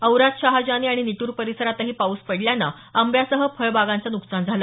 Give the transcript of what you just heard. औराद शहाजानी आणि निटूर परिसरातही पाऊस पडल्यानं आंब्यासह फळबागांचं नुकसान झालं